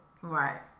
Right